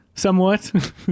Somewhat